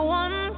one